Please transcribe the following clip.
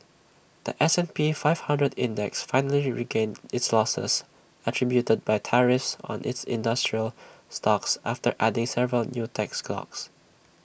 The S and P five hundred index finally regained its losses attributed by tariffs on its industrial stocks after adding several new tech stocks